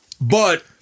But-